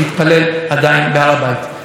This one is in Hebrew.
חבר הכנסת מיקי לוי, בבקשה.